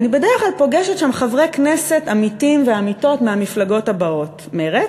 אני בדרך כלל פוגשת שם חברי כנסת עמיתים ועמיתות מהמפלגות הבאות: מרצ,